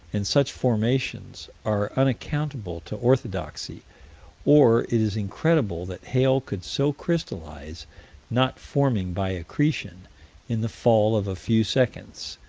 and such formations are unaccountable to orthodoxy or it is incredible that hail could so crystallize not forming by accretion in the fall of a few seconds.